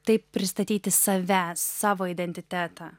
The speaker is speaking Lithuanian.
taip pristatyti save savo identitetą